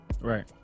right